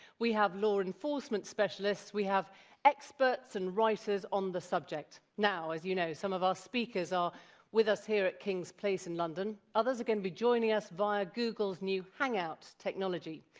we have law enforcement specialists. we have experts and writers on the subject. now as you know, some of our speakers are with us here at king's place in london. others are going to be joining us via google's new hangout technology.